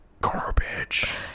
Garbage